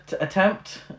attempt